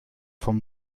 vom